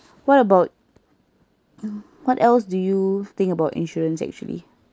what about what else do you think about insurance actually